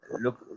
look